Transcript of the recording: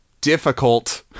Difficult